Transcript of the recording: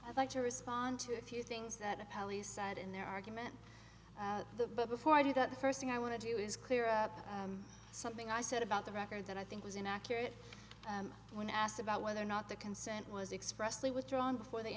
i'd like to respond to a few things that the police said in their argument but before i do that the first thing i want to do is clear up something i said about the record that i think was inaccurate and when asked about whether or not the consent was expressly withdrawn before the